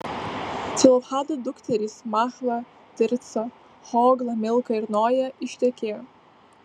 celofhado dukterys machla tirca hogla milka ir noja ištekėjo